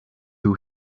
who